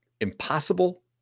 impossible